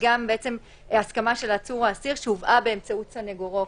וגם הסכמה של העצור או האסיר שהובאה באמצעות סנגורו,